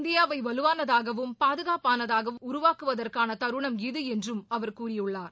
இந்தியாவை வலுவானதாகவும் பாதுகாப்பானதாகவும் உருவாக்குவதற்கான தருணம் இது என்றும் அவர் கூறியுள்ளார்